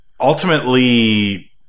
ultimately